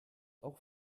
auch